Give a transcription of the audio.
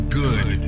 good